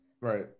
right